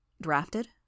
Drafted